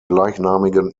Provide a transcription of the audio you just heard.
gleichnamigen